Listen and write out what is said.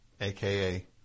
AKA